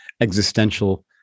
existential